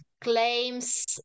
claims